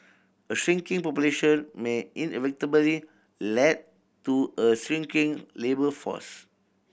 a shrinking population may inevitably led to a shrinking labour force